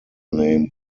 named